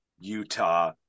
Utah